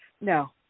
No